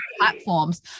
platforms